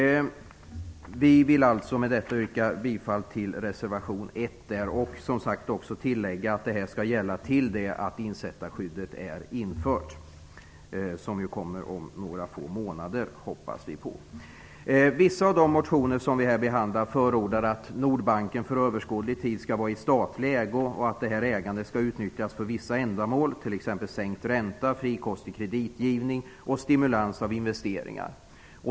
Vi vill med detta yrka bifall till reservation nr 1 och tillägga att detta skall gälla tills insättarskyddet är infört. Det hoppas vi skall komma inom några få månader. Vissa av de motioner som vi nu behandlar förordar att Nordbanken för överskådlig tid skall vara i statlig ägo och att ägandet skall utnyttjas för vissa ändamål, t.ex. sänkt ränta, frikostig kreditgivning och stimulans av investeringar.